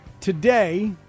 Today